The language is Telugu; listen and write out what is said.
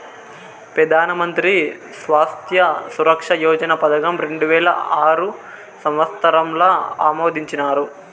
పెదానమంత్రి స్వాస్త్య సురక్ష యోజన పదకం రెండువేల ఆరు సంవత్సరంల ఆమోదించినారు